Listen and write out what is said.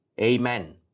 Amen